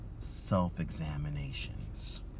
self-examinations